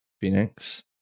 Phoenix